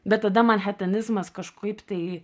bet tada manhetenizmas kažkaip tai